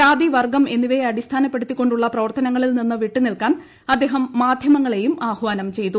ജാതി വർഗം എന്നിവയെ അടിസ്ഥാനപ്പെടുത്തിക്കൊണ്ടുള്ള പ്രവർത്തനങ്ങളിൽ നിന്ന് വിട്ടുനിൽക്കാൻ അദ്ദേഹം മാധ്യമങ്ങളെയും ആഹാനം ചെയ്തു